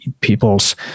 people's